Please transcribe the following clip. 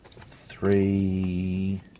three